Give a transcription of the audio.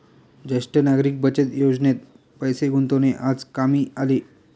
ज्येष्ठ नागरिक बचत योजनेत पैसे गुंतवणे आज कामी आले